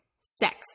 Sex